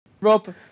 Rob